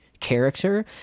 character